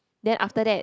then after that